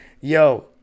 Yo